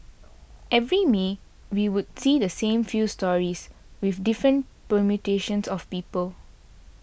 every May we would see the same few stories with different permutations of people